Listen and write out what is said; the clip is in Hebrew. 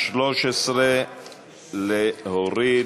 13 להוריד.